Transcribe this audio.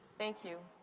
thank you.